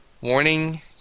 Warning